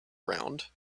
round